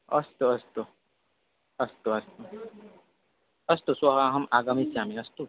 अस्तु अस्तु अस्तु अस्तु अस्तु श्वः अहम् आगमिष्यामि अस्तु